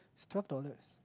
twelve dollars